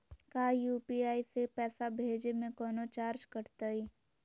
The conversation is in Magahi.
का यू.पी.आई से पैसा भेजे में कौनो चार्ज कटतई?